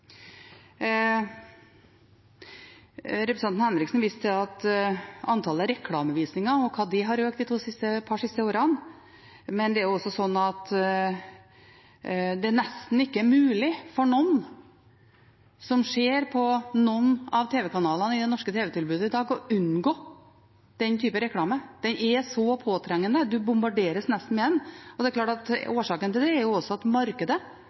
Representanten Henriksen viste til økningen av antallet reklamevisninger de siste par årene. Det er nesten ikke mulig for noen som ser på noen av tv-kanalene i det norske tv-tilbudet i dag, å unngå den typen reklame. Den er så påtrengende. Man bombarderes nesten med den. Det er klart – årsaken til det er at markedet